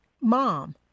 mom